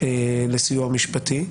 לסיוע משפטי.